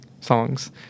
songs